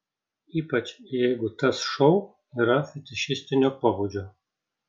ypač jeigu tas šou yra fetišistinio pobūdžio